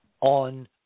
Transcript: on